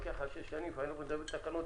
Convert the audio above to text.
היום מדברים על תקנות